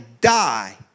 die